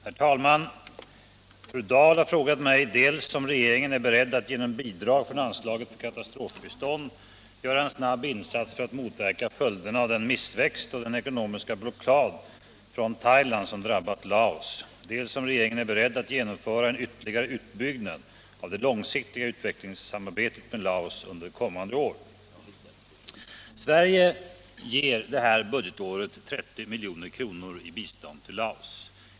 Herr talman! Fru Dahl har frågat mig dels om regeringen är beredd att genom bidrag från anslaget för katastrofbistånd göra en snabb insats för att motverka följderna av den missväxt och den ekonomiska blockad från Thailand som drabbat Laos, dels om regeringen är beredd att genomföra en ytterligare utbyggnad av det långsiktiga utvecklingssamarbetet med Laos under kommande år. Sverige ger det här budgetåret 30 milj.kr. i bistånd till Laos.